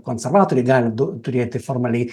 konservatoriai gali du turėti formaliai